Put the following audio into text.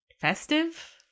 Festive